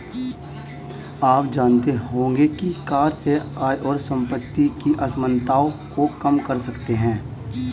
आप जानते होंगे की कर से आय और सम्पति की असमनताओं को कम कर सकते है?